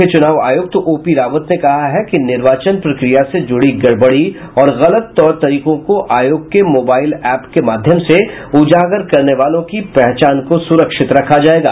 मुख्य चुनाव आयुक्त ओपी रावत ने कहा है कि निर्वाचन प्रक्रिया से जुड़ी गड़बड़ी और गलत तौर तरीकों को आयोग के मोबाइल एप के माध्यम से उजागर करने वालों की पहचान को स्रक्षित रखा जायेगा